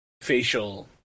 facial